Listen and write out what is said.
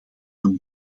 den